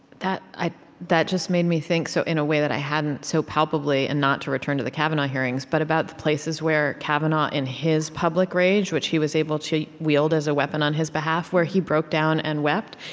that just made me think so in a way that i hadn't so palpably and not to return to the kavanaugh hearings, but about the places where kavanaugh, in his public rage, which he was able to wield as a weapon on his behalf, where he broke down and wept.